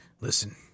listen